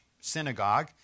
synagogue